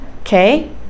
okay